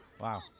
Wow